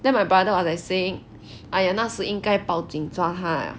then my brother was like saying !aiya! 那时应该报警抓他